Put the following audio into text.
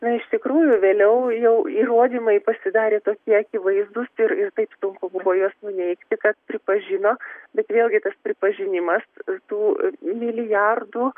na iš tikrųjų vėliau jau įrodymai pasidarė tokie akivaizdūs ir ir taip sunku buvo juos nuneigti kad pripažino bet vėlgi tas pripažinimas tų milijardų